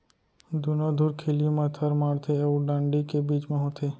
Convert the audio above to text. दुनो धुरखिली म थर माड़थे अउ डांड़ी के बीच म होथे